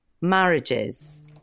marriages